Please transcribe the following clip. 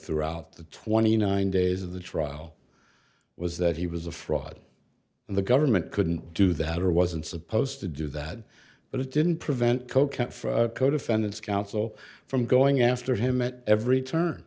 throughout the twenty nine days of the trial was that he was a fraud and the government couldn't do that or wasn't supposed to do that but it didn't prevent codefendants council from going after him at every turn